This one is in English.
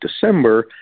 December